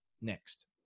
next